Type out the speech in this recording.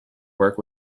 work